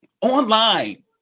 online